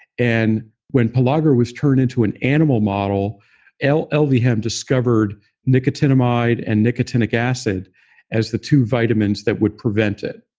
and when pellagra was turned into an animal model elvehjem discovered nicotinamide and nicotinic acid as the two vitamins that would prevent it.